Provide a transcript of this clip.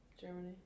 Germany